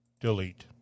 Delete